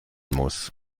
muss